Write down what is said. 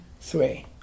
Three